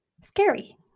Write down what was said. scary